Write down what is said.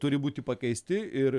turi būti pakeisti ir